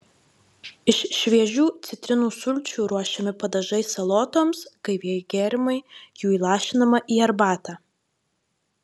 iš šviežių citrinų sulčių ruošiami padažai salotoms gaivieji gėrimai jų įlašinama į arbatą